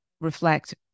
reflect